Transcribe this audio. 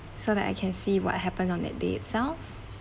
so that I can see what happened on that day itself